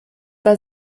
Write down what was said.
war